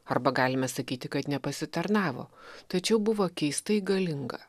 arba galime sakyti kad nepasitarnavo tačiau buvo keistai galinga